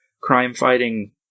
crime-fighting